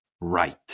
right